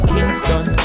Kingston